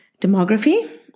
demography